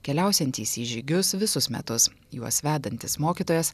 keliausiantys į žygius visus metus juos vedantis mokytojas